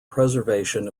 preservation